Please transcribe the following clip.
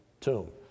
tomb